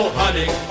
honey